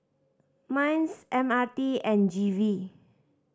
MINDS M R T and G V